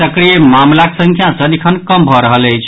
सक्रिय मामिलाक संख्या सदिखन कम भऽ रहल अछि